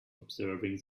observing